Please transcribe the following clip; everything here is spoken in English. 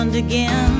again